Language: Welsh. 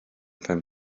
pen